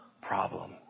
problem